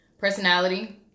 personality